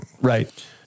Right